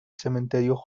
cementerio